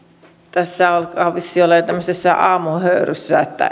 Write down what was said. tässä alkaa vissiin olemaan tämmöisessä aamuhöyryssä